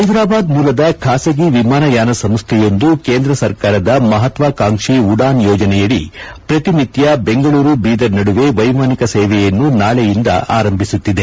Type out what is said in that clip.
ಹೈದರಾಬಾದ್ ಮೂಲದ ಖಾಸಗಿ ವಿಮಾನಯಾನ ಸಂಸ್ಥೆಯೊಂದು ಕೇಂದ್ರ ಸರ್ಕಾರದ ಮಹತ್ವಾಕಾಂಕ್ಷಿ ಉಡಾನ್ ಯೋಜನೆಯಡಿ ಪ್ರತಿ ನಿತ್ಯ ಬೆಂಗಳೂರು ಬೀದರ್ ನಡುವಿನ ವೈಮಾನಿಕ ಸೇವೆಯನ್ನು ನಾಳೆಯಿಂದ ಆರಂಭಿಸುತ್ತಿದೆ